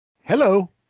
Hello